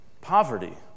Poverty